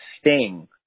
Sting